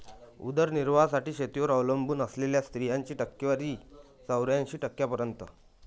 उदरनिर्वाहासाठी शेतीवर अवलंबून असलेल्या स्त्रियांची टक्केवारी चौऱ्याऐंशी टक्क्यांपर्यंत